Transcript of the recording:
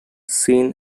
seen